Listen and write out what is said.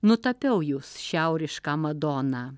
nutapiau jus šiaurišką madoną